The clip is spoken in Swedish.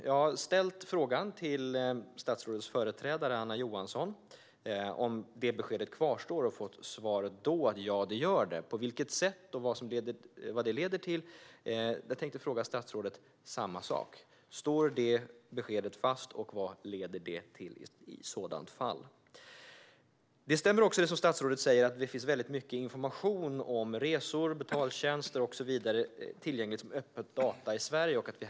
Jag har ställt frågan till statsrådets företrädare Anna Johansson om beskedet kvarstår, och jag har då fått svar att det gör det. Jag vill fråga statsrådet på vilket sätt och vad det leder till. Står beskedet fast, och vad leder det till i så fall? Det stämmer, som statsrådet säger, att det finns mycket information om resor, betaltjänster och så vidare tillgängligt som öppen data i Sverige.